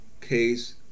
Case